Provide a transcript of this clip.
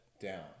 down